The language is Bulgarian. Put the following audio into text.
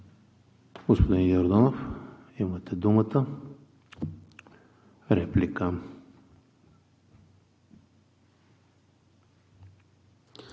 Господин Йорданов, имате думата за реплика.